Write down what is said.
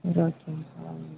சரி ஓகேங்க சா